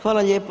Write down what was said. Hvala lijepo.